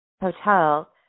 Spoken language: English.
hotel